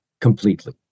completely